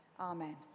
Amen